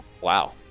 Wow